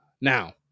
Now